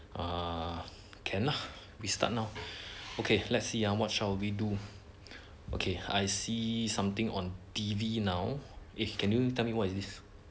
err can lah we start now okay let's see uh what shall we do okay I see something on T_V now eh can you tell me what is this